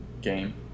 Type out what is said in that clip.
game